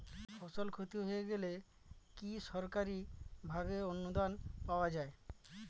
ফসল ক্ষতি হয়ে গেলে কি সরকারি ভাবে অনুদান পাওয়া য়ায়?